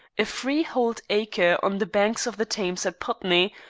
a free-hold acre on the banks of the thames at putney,